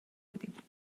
بودیم